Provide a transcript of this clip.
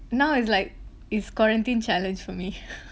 now is like is quarantine challenge for me